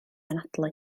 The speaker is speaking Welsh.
anadlu